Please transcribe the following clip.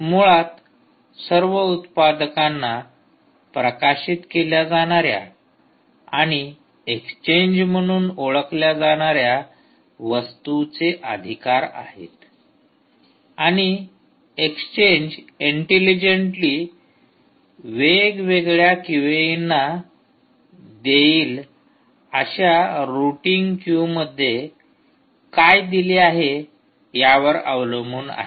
मुळात सर्व उत्पादकांना प्रकाशित केल्या जाणार्या आणि एक्सचेंज म्हणून ओळखल्या जाणार्या वस्तूंचे अधिकार आहेत आणि एक्सचेंज इंटेलिजेंटली वेगवेगळ्या क्यूएइंगना देईल अशा रूटिंग क्यूमध्ये काय दिले आहे यावर अवलंबून आहे